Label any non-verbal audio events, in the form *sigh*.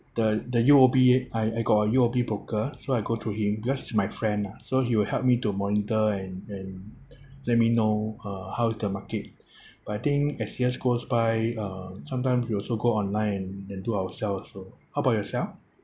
the the U_O_B I got a U_O_B broker so I go through him because it's my friend lah so he will help me to monitor and and let me know uh how is the market *breath* but I think as years goes by uh sometimes we also go online and and do ourselves also how about yourself